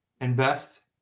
Invest